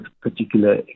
particular